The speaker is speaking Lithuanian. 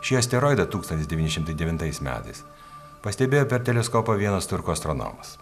šį asteroidą tūkstantis devyni šimtai devintais metais pastebėjo per teleskopą vienas turkų astronomas